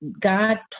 God